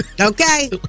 Okay